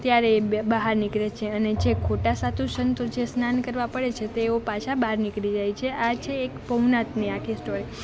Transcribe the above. ત્યારે એ બહાર નીકળે છે અને જે ખોટા સાધુ સંતો જે સ્નાન કરવા પડે છે તેઓ પાછા બહાર નીકળી જાય છે આ છે એક ભવનાથની આખી સ્ટોરી